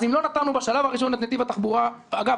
אז אם לא נתנו בשלב הראשון את נתיב התחבורה אגב,